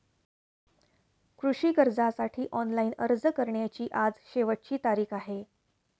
कृषी कर्जासाठी ऑनलाइन अर्ज करण्याची आज शेवटची तारीख आहे